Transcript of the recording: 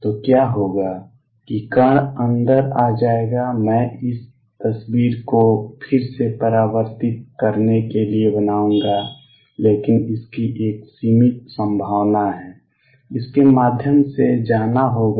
तो क्या होगा कि कण अंदर आ जाएगा मैं इस तस्वीर को फिर से परावर्तित करने के लिए बनाऊंगा लेकिन इसकी एक सीमित संभावना है कि इसके माध्यम से जाना होगा